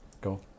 Go